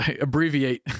Abbreviate